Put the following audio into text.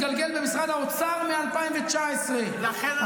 פתאום עכשיו הממשלה במשמרת שלי ב-2024, כולם ידעו.